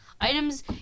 Items